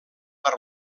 per